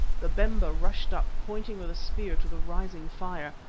babemba rushed up, pointing with a spear to the rising fire.